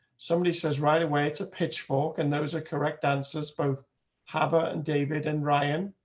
somebody says right away. it's a pitchfork. and those are correct answers both habit and david and ryan.